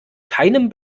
keinem